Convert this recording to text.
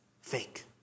fake